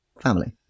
family